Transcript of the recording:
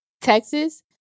Texas